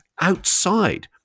outside